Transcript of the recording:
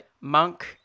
Monk